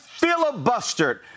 filibustered